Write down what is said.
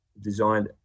designed